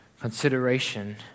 consideration